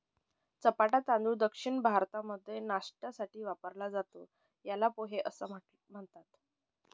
चपटा तांदूळ दक्षिण भारतामध्ये नाष्ट्यासाठी वापरला जातो, याला पोहे असं म्हणतात